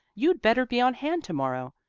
you'd better be on hand to-morrow.